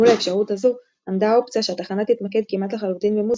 מול האפשרות הזו עמדה האופציה שהתחנה תתמקד כמעט לחלוטין במוזיקה.